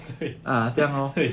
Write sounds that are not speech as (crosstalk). freak (breath) wait